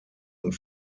und